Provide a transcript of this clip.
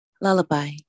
lullaby